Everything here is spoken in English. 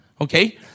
Okay